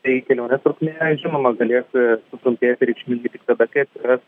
tai kelionės trukmė nežinoma galės sutrumpėti reikšmingai tik tada kai atsiras